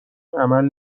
عمل